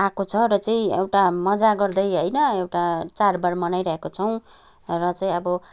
आएको छ र चाहिँ एउटा मज्जा गर्दै होइन एउटा चाडबाड मनाइरहेको छौँ र चाहिँ अब